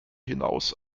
hinaus